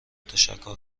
تشکر